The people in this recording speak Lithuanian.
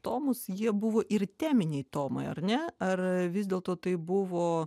tomus jie buvo ir teminiai tomai ar ne ar vis dėlto tai buvo